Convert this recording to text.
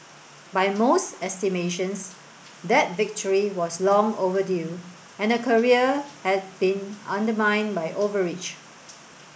by most estimations that victory was long overdue and her career had been undermined by overreach